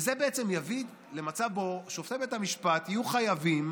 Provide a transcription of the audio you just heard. וזה בעצם יביא למצב שבו שופטי בית המשפט יהיו חייבים